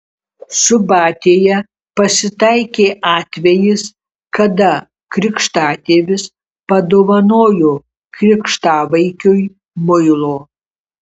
subatėje pasitaikė atvejis kada krikštatėvis padovanojo krikštavaikiui muilo